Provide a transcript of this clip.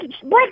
Black